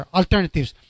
alternatives